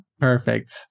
Perfect